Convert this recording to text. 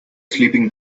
sleeping